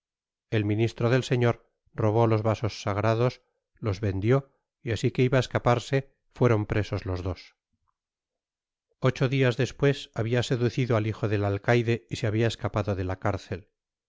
el ministro del señor robó los vasos sagrados los vendió y asi que iban á escaparse fueron presos los dos ocho dias despues habia seducido al hijo del alcaide y se habia escapado de la cárcel